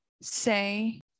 say